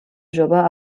jove